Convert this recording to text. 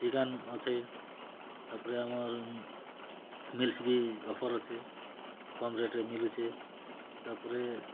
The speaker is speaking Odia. ଚିକେନ୍ ଅଛି ତା ପରେ ଆମର ମିଲ୍ସ୍ ବି ଅଫର୍ ଅଛି କମ୍ ରେଟ୍ରେ ମିଲୁଚେ ତା ପରେ